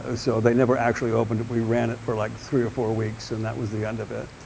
ah so they never actually opened it. we ran it for like three or four weeks and that was the end of it.